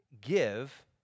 give